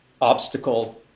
obstacle